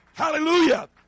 Hallelujah